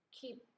keep